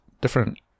different